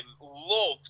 loved